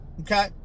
Okay